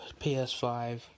PS5